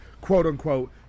quote-unquote